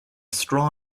straw